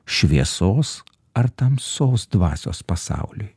šviesos ar tamsos dvasios pasauliui